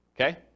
okay